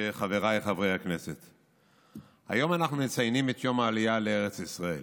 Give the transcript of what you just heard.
אנחנו מציינים את יום העלייה לארץ ישראל.